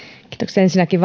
ensinnäkin